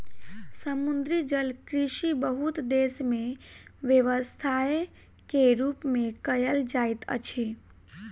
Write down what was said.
समुद्री जलकृषि बहुत देस में व्यवसाय के रूप में कयल जाइत अछि